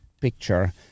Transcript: picture